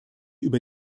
über